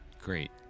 great